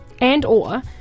and/or